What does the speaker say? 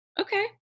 okay